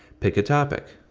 pick a topic.